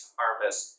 harvest